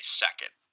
second